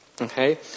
Okay